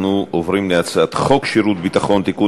אנחנו עוברים להצעת חוק שירות ביטחון (תיקון